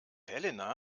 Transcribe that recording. helena